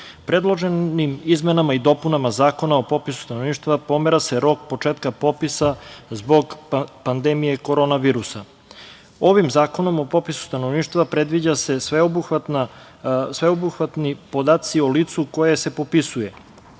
Predloženim izmenama i dopunama Zakona o popisu stanovništva pomera se rok početka popisa zbog pandemije korona virusa. Ovim Zakonom o popisu stanovništva predviđaju se sveobuhvatni podaci o licu koje se popisuje.